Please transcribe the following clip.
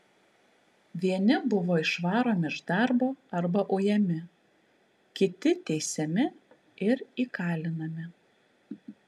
vieni buvo išvaromi iš darbo arba ujami kiti teisiami ir įkalinami